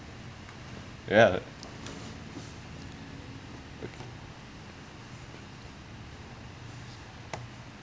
ya